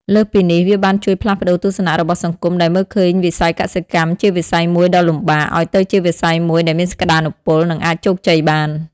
លើសពីនេះ វាបានជួយផ្លាស់ប្តូរទស្សនៈរបស់សង្គមដែលមើលឃើញវិស័យកសិកម្មជាវិស័យមួយដ៏លំបាក ឲ្យទៅជាវិស័យមួយដែលមានសក្ដានុពល និងអាចជោគជ័យបាន។